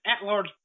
at-large